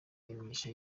imigisha